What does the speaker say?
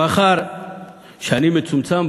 מאחר שאני מצומצם בזמן,